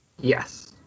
Yes